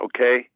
Okay